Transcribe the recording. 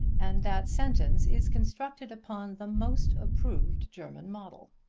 and that sentence is constructed upon the most approved german model.